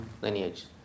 lineage